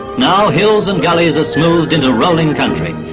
now hills and gullies are smoothed into rolling country,